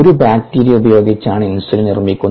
ഒരു ബാക്ടീരിയ ഉപയോഗിച്ചാണ് ഇൻസുലിൻ നിർമ്മിക്കുന്നത്